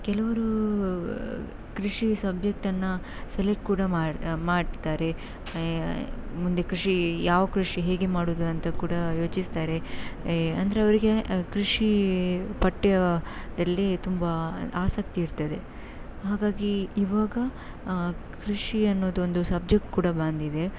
ಕೆಲವ್ರು ಕೃಷಿ ಸಬ್ಜೆಕ್ಟನ್ನು ಸೆಲೆಕ್ಟ್ ಕೂಡ ಮಾಡಿ ಮಾಡ್ತಾರೆ ಮುಂದೆ ಕೃಷಿ ಯಾವ ಕೃಷಿ ಹೇಗೆ ಮಾಡೋದು ಅಂತ ಕೂಡ ಯೋಚಿಸ್ತಾರೆ ಅಂದರೆ ಅವರಿಗೆ ಕೃಷಿ ಪಠ್ಯದಲ್ಲಿ ತುಂಬ ಆಸಕ್ತಿ ಇರ್ತದೆ ಹಾಗಾಗಿ ಇವಾಗ ಕೃಷಿ ಅನ್ನೋದು ಒಂದು ಸಬ್ಜೆಕ್ಟ್ ಕೂಡ ಬಂದಿದೆ